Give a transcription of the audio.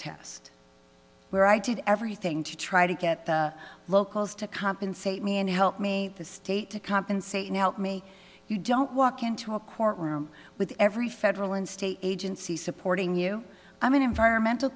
test where i did everything to try to get the locals to compensate me and help me the state to compensate me you don't walk into a courtroom with every federal and state agency supporting you i'm an environmental